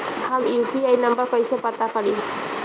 हम UPI number कइसे पता करी?